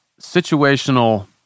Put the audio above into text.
situational